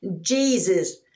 Jesus